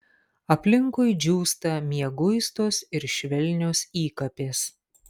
aplinkui džiūsta mieguistos ir švelnios įkapės